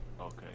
Okay